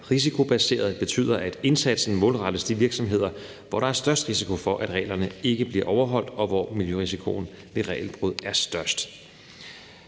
risikobaseret. Det betyder, at indsatsen målrettes de virksomheder, hvor der er størst risiko for, at reglerne ikke bliver overholdt, og hvor miljørisikoen ved regelbrud er størst.